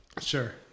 sure